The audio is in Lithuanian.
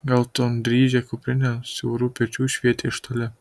geltondryžė kuprinė ant siaurų pečių švietė iš toli